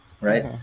right